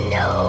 no